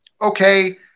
Okay